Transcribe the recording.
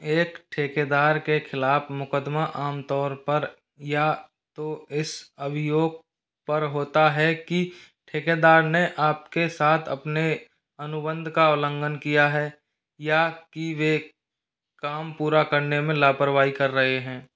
एक ठेकेदार के खिलाफ मुकदमा आमतौर पर या तो इस अभियोग पर होता है कि ठेकेदार ने आपके साथ अपने अनुबंध का उल्लंघन किया है या कि वे काम पूरा करने में लापरवाही कर रहे हैं